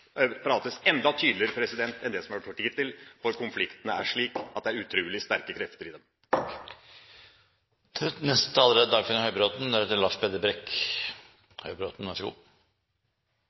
prates enda tydeligere enn det som har vært gjort hittil, for konfliktene er slik at det er utrolig sterke krefter i dem.